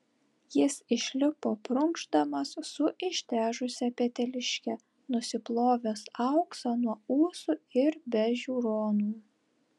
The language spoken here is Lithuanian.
jis išlipo prunkšdamas su ištežusia peteliške nusiplovęs auksą nuo ūsų ir be žiūronų